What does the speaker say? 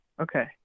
Okay